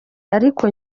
ariko